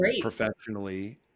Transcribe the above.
professionally